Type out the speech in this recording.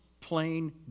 plain